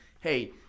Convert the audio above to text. hey